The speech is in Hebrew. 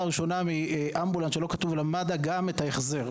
ראשונה מאמבולנס שלא כתוב עליו "מד"א" גם החזר.